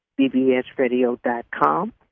bbsradio.com